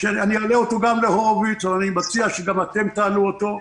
שאעלה אותו גם בפני חבר הכנסת הורוביץ אבל אני מציע שגם אתם תעלו אותו.